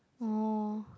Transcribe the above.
oh